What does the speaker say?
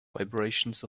vibrations